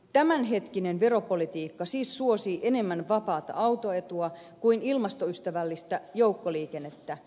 tämänhetkinen veropolitiikka siis suosii enemmän vapaata autoetua kuin ilmastoystävällistä joukkoliikennettä